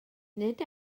nid